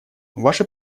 ваше